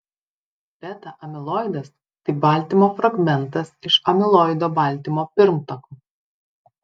beta amiloidas tai baltymo fragmentas iš amiloido baltymo pirmtako